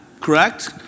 correct